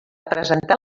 presentar